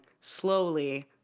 slowly